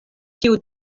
kiu